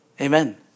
Amen